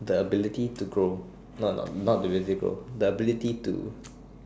the ability to grow not not not to really grow the ability to